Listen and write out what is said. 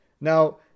Now